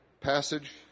passage